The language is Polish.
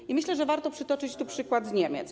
I myślę, że warto przytoczyć tu przykład z Niemiec.